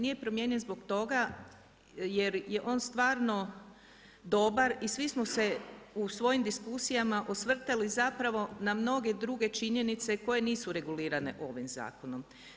Nije promijenjen zbog toga jer je on stvarno dobar i svi smo se u svojim diskusijama osvrtali zapravo na mnoge druge činjenice koje nisu regulirane ovim zakonom.